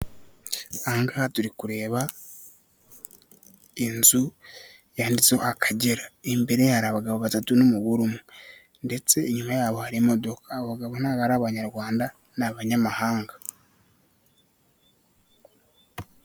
Aha ngaha turi kureba inzu yanditseho Akagera imbere yayo hari abagabo batatu n'umugore umwe, ndetse inyuma yabo hari imodoka. Abo bagabo ntabwo ari abanyarwanda ni abanyamahanga.